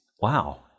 wow